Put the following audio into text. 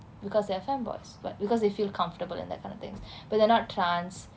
because they're fem boys but because they feel comfortable in that kind of thing but they're not trans